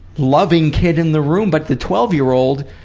loving kid in the room but the twelve year old,